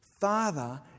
Father